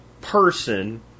person